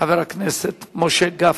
חבר הכנסת משה גפני.